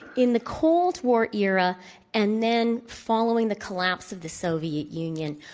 in the cold war era and then following the collapse of the soviet union,